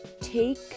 Take